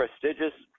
prestigious